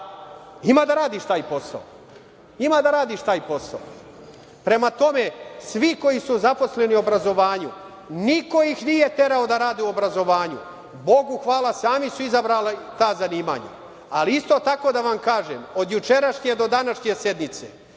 Ima da radiš taj posao, ima da radiš taj posao. Prema tome, svi koji su zaposleni u obrazovanju, niko ih nije terao da rade u obrazovanju, Bogu hvala, sami su izabrali ta zanimanja. Ali isto tako da vam kažem, od jučerašnje do današnje sednice